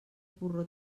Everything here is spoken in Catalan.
porró